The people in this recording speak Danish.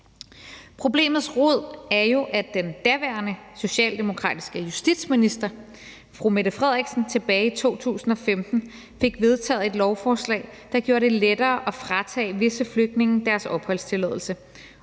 Problemets rod er jo, at den daværende socialdemokratiske justitsminister, fru Mette Frederiksen, tilbage i 2015 fik vedtaget et lovforslag, der gjorde det lettere at fratage visse flygtninge deres opholdstilladelse,